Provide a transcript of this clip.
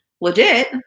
legit